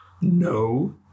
no